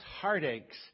heartaches